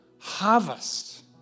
harvest